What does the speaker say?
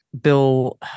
Bill